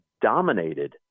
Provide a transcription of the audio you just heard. dominated